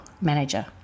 manager